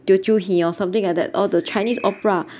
teochew hee lor something like that or the chinese opera